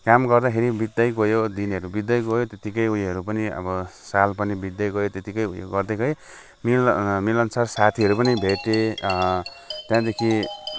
काम गर्दाखेरि बित्दै गयो दिनहरू बित्दै गयो त्यतिकै उयोहरू पनि अब साल पनि बित्दै गयो त्यतिकै उयो गर्दै गएँ मिल् मिलनसार साथीहरू पनि भेटेँ त्यहाँदेखि